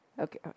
Okay